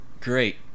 Great